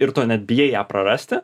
ir tu net bijai ją prarasti